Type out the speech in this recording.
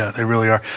they really are.